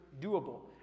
doable